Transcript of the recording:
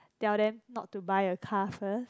tell them not to buy a car first